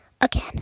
again